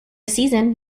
season